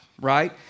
right